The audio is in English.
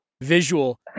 visual